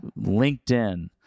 LinkedIn